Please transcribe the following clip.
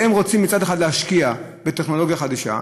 והן רוצות מצד אחד להשקיע בטכנולוגיה חדישה,